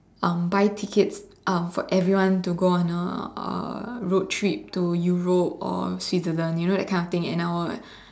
um buy tickets um for everyone to go on a uh road trip to Europe or Switzerland you know that kind of thing and I would